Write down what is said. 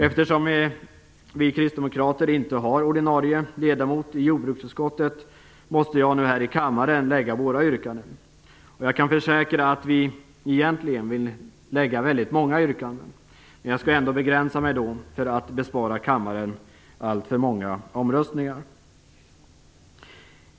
Eftersom vi kristdemokrater inte har någon ordinarie ledamot i jordbruksutskottet måste jag nu här i kammaren lägga fram våra yrkanden. Jag kan försäkra att vi egentligen vill lägga fram många yrkanden, men jag skall ändå begränsa mig för att bespara kammaren alltför många omröstningar.